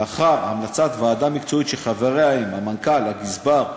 לאחר המלצת ועדה מקצועית שחבריה הם המנכ"ל, הגזבר,